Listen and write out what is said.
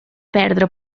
perdre